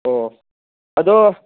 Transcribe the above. ꯑꯣ ꯑꯗꯣ